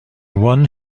one